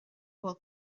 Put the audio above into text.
bhfuil